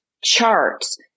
charts